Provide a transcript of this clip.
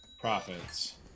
profits